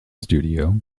studio